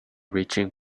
reaching